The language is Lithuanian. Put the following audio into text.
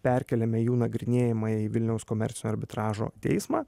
perkėlėme jų nagrinėjimą į vilniaus komercinio arbitražo teismą